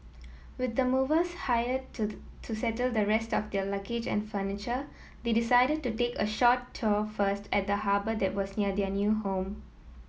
with the movers hired to the settle the rest of their luggage and furniture they decided to take a short tour first of at the harbour that was near their new home